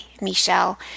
Michelle